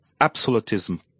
absolutism